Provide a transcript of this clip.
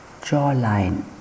jawline